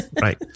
Right